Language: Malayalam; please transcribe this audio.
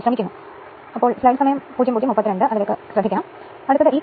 8 പവർ ഫാക്ടർ ലാഗിങ്ൽ പൂർണ്ണ ലോഡ് നൽകുമ്പോൾ 98